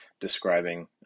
describing